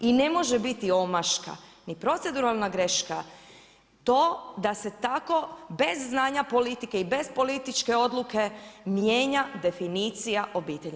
I ne može biti omaška ni proceduralna greška, to da ste tako bez znanja politike i bez političke odluke mijenja definicija obitelji.